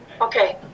Okay